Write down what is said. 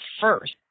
first